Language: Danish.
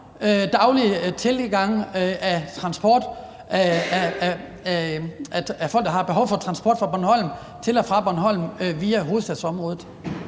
daglig tilgang af folk, der har behov for transport til og fra Bornholm via hovedstadsområdet?